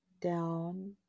down